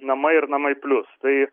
namai ir namai plius tai